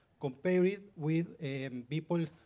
compare it with and people,